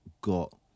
got